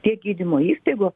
tiek gydymo įstaigų